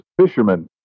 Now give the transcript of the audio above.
fishermen